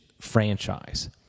franchise